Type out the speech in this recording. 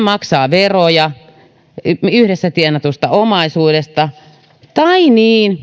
maksaa veroja yhdessä tienatusta omaisuudesta tai leski